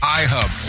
iHub